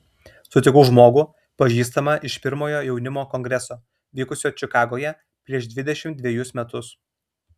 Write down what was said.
sutikau žmogų pažįstamą iš pirmojo jaunimo kongreso vykusio čikagoje prieš dvidešimt dvejus metus